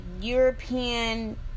European